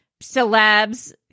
celebs